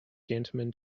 gentlemen